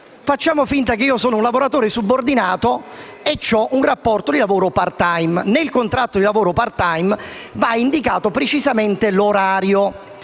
facciamo finta che io sia un lavoratore subordinato con un rapporto di lavoro *part time*. Nel contratto *part time* va indicato precisamente l'orario.